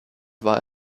war